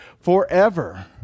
forever